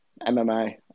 MMA